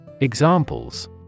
Examples